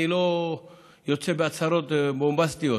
אני לא יוצא בהצהרות בומבסטיות,